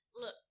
Look